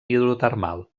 hidrotermal